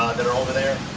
that are over there